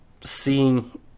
seeing